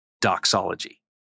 doxology